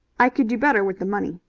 i could do better with the money.